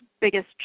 biggest